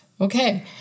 okay